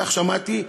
כך שמעתי.